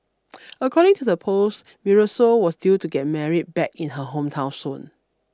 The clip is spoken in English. according to the post Marisol was due to get married back in her hometown soon